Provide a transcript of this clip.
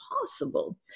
possible